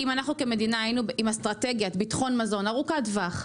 אם אנחנו כמדינה היינו עם אסטרטגיית ביטחון מזון ארוכת טווח,